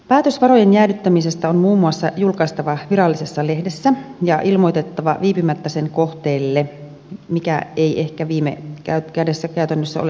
päätös varojen jäädyttämisestä on muun muassa julkaistava virallisessa lehdessä ja ilmoitettava viipymättä sen kohteelle mikä ei ehkä viime kädessä käytännössä ole aina mahdollista